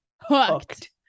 Hooked